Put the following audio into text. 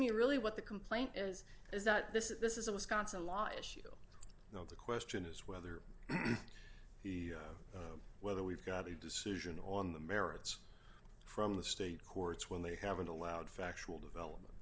me really what the complaint is is that this is this is a wisconsin law issue you know the question is whether the whether we've got a decision on the merits from the state courts when they haven't allowed factual development